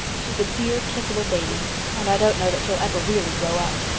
she's a dear, kissable baby and i don't know that she'll ever really grow up.